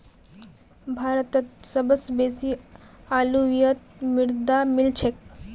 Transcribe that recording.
भारतत सबस बेसी अलूवियल मृदा मिल छेक